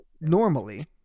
normally